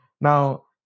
Now